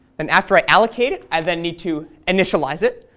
and after i allocate it i then need to initialize it.